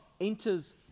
enters